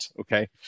okay